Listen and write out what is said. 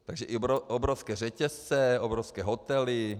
Takže i obrovské řetězce, obrovské hotely.